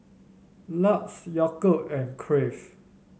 Lux Yakult and Crave